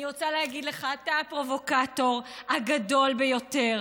אני רוצה לומר לך, אתה הפרובוקטור הגדול ביותר.